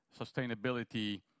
sustainability